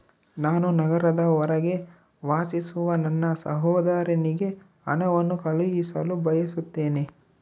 ನಾನು ನಗರದ ಹೊರಗೆ ವಾಸಿಸುವ ನನ್ನ ಸಹೋದರನಿಗೆ ಹಣವನ್ನು ಕಳುಹಿಸಲು ಬಯಸುತ್ತೇನೆ